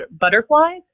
butterflies